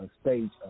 stage